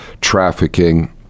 trafficking